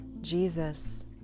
Jesus